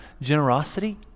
generosity